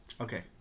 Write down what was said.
Okay